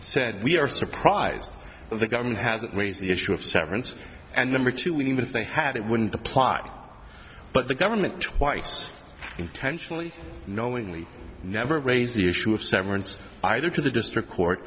said we are surprised that the government hasn't raised the issue of severance and number two even if they had it wouldn't apply but the government twice intentionally knowingly never raised the issue of severance either to the district court